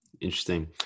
Interesting